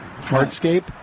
hardscape